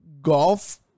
Golf